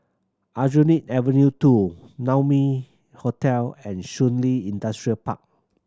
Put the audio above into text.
Aljunied Avenue Two Naumi Hotel and Shun Li Industrial Park